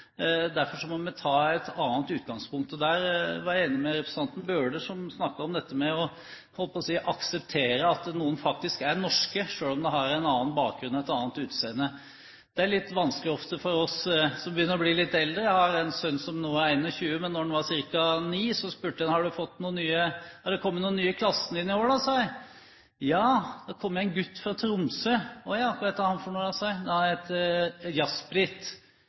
Derfor må vi ta et annet utgangspunkt. Jeg er enig med representanten Bøhler, som snakket om dette å akseptere at noen faktisk er norske selv om de har en annen bakgrunn eller et annet utseende. Det er ofte litt vanskelig for oss som begynner å bli litt eldre. Jeg har en sønn som nå er 21 år, men da han var ca. 9 år, spurte jeg: Har det kommet noen nye i klassen din i år? Ja, det er kommet en gutt fra Tromsø. Å, ja. Hva heter han da? Han heter Jaspreet. Men han er vel ikke fra Tromsø, sa jeg. Han er